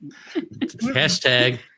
Hashtag